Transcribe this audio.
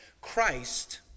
Christ